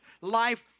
life